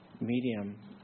medium